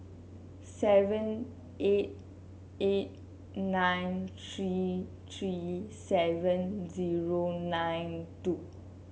seven eight eight nine three three seven zero nine two